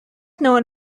known